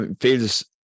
feels